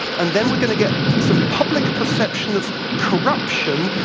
and then we're going to get some public perception of corruption,